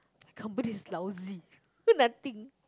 company is lousy nothing